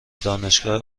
دانشگاه